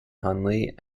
hunley